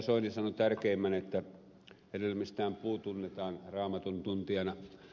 soini sanoi tärkeimmän että hedelmistään puu tunnetaan raamatun tuntijana